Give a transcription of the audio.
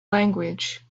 language